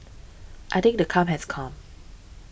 I think the come has come